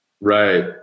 Right